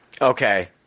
Okay